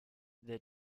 their